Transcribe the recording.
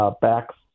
backs